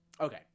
Okay